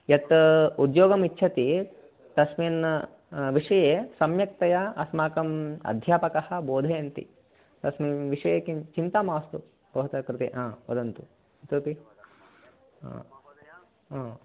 यत् उद्योगम् इच्छति तस्मिन् विषये सम्यक्तया अस्माकम् अध्यापकाः बोधयन्ति तस्मिन् विषये किं चिन्ता मास्तु भवतः कृते हा वदन्तु इतोपि हा हा